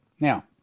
Now